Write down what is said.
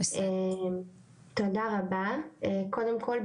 תודה רבה קודם כל,